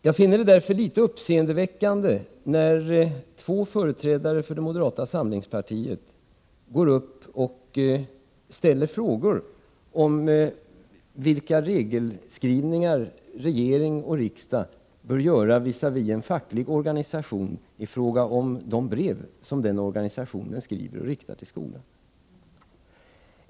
Jag finner det därför litet uppseendeväckande när två företrädare för moderata samlingspartiet ställer frågor om vilka regelskrivningar regering och riksdag bör göra visavi en facklig organisation i fråga om de brev som den organisationen skriver och riktar till skolan.